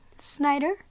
Snyder